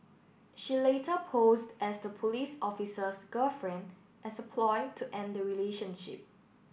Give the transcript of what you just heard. she later posed as the police officer's girlfriend as a ploy to end the relationship